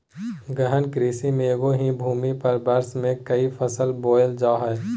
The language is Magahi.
गहन कृषि में एगो ही भूमि पर वर्ष में क़ई फसल बोयल जा हइ